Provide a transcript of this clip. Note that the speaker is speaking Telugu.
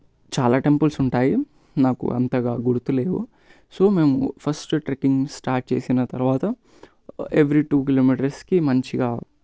చాలా టెంపుల్స్ ఉంటాయి నాకు అంతగా గుర్తులేవు సో మేము ఫస్ట్ ట్రెక్కింగ్ స్టార్ట్ చేసిన తర్వాత ఎవ్రీ టూ కిలోమీటర్స్కి మంచిగా